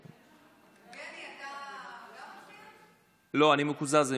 (נגיף הקורונה החדש, הוראת שעה), התשפ"ב 2022,